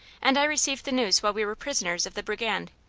and i received the news while we were prisoners of the brigand,